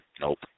nope